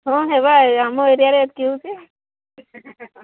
ହଁ ହେବା ଆମ ଏରିଆ ଏତିକି ହେଉଛି